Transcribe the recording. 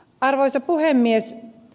arvoisa puhemies